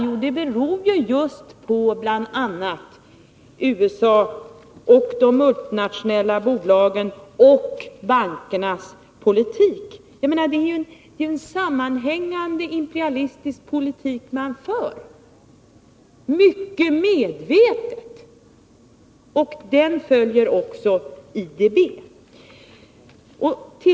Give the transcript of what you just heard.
Jo, det beror ju just på bl.a. USA:s, de multinationella bolagens och bankernas politik. Det är en sammanhängande imperialistisk politik man för mycket medvetet, och den följer också IDB.